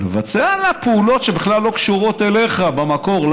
לבצע עליה פעולות שבכלל לא קשורות אליהם במקור.